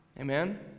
Amen